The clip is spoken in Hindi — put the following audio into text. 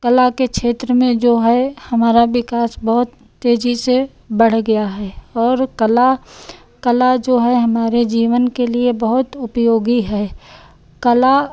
कला के क्षेत्र में जो है हमारा विकास बहुत तेजी से बढ़ गया है और कला कला जो है हमारे जीवन के लिए बहुत उपयोगी है कला